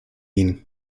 ihnen